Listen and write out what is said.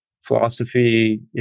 philosophy